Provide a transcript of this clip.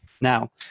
Now